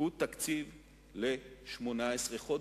הוא תקציב ל-18 חודשים,